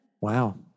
Wow